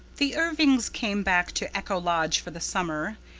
the irvings came back to echo lodge for the summer,